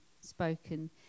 spoken